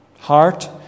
Heart